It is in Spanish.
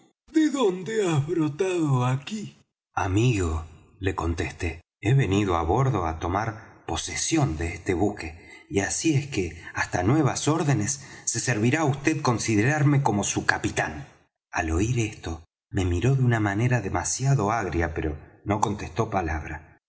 de dónde has brotado aquí amigo le contesté he venido á bordo á tomar posesión de este buque y así es que hasta nuevas órdenes se servirá vd considerarme como su capitán al oir esto me miró de una manera demasiado agria pero no contestó palabra